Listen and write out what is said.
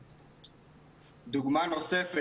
חבר'ה, הפכנו למומחים.